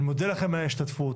אני מודה לכם על ההשתתפות.